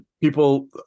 people